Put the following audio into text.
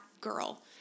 girl